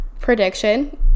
prediction